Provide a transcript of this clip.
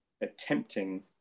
attempting